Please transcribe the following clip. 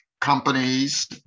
companies